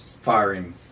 firing